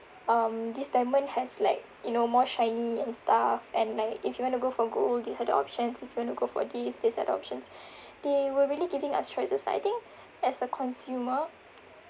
um this diamond has like you know more shiny and stuff and like if you want to go for gold these are the options if you want to go for these these are the options they were really giving us choices lah I think as a consumer